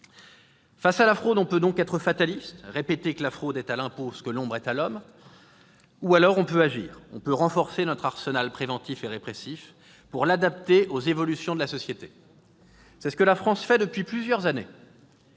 Face à la fraude, on peut être fataliste, répéter que « la fraude est à l'impôt ce que l'ombre est à l'homme », ou alors, on peut agir. On peut renforcer notre arsenal préventif et répressif pour l'adapter aux évolutions de la société. C'est ce que fait la France depuis plusieurs années